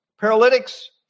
paralytics